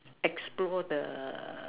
explore the